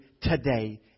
today